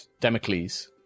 Democles